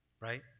right